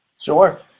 Sure